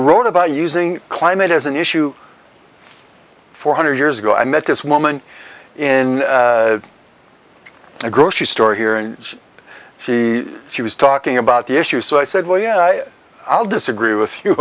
wrote about using climate as an issue four hundred years ago i met this woman in a grocery store here and she she was talking about the issue so i said well yeah i'll disagree with you